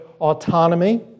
autonomy